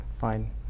fine